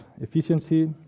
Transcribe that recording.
efficiency